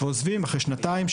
ועוזבים אחרי שנתיים,